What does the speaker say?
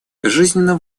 жизненно